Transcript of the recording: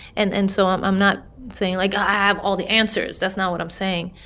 and and so i'm i'm not saying, like, i have all the answers. that's not what i'm saying.